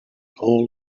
all